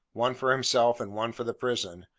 one for himself and one for the prison,